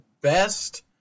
best